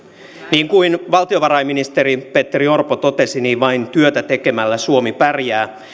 niin kuin valtiovarainministeri petteri orpo totesi vain työtä tekemällä suomi pärjää